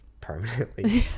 permanently